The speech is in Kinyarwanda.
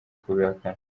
kubihakana